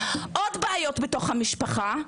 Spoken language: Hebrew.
עוד בעיות בתוך המשפחה,